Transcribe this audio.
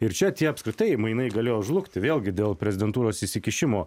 ir čia tie apskritai mainai galėjo žlugti vėlgi dėl prezidentūros įsikišimo